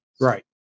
Right